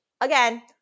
again